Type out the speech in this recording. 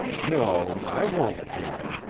no, i won't, joan.